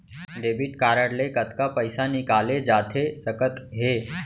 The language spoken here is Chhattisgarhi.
डेबिट कारड ले कतका पइसा निकाले जाथे सकत हे?